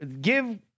give